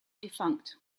defunct